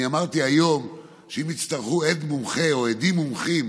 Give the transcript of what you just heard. אני אמרתי היום שאם יצטרכו עד מומחה או עדים מומחים